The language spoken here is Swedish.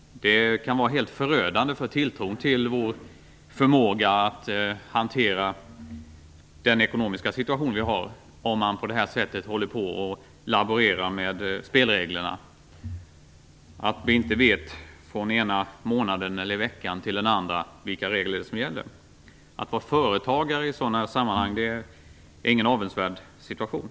Det kan vara helt förödande för tilltron till vår förmåga att hantera den ekonomiska situationen om man på det här sättet håller på att laborera med spelreglerna, så att vi inte vet från den ena månaden eller veckan till den andra vilka regler det är som gäller. Att i sådana sammanhang vara företagare är ingen avundsvärd situation.